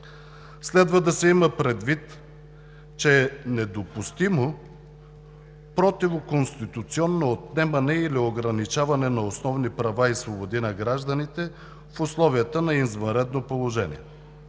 Следва да се има предвид, че е недопустимо противоконституционно отнемане или ограничаване на основни права и свободи на гражданите в условията на извънредно положение.